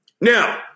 Now